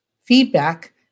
feedback